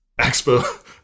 expo